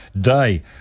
day